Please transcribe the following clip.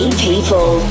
people